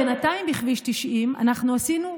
בינתיים בכביש 90 אנחנו עשינו,